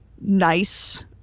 nice